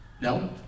No